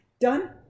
Done